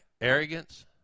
arrogance